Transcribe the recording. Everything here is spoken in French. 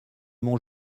mont